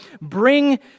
bring